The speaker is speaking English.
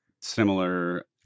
Similar